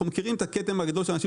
אנחנו מכירים את הכתם הגדול שאנשים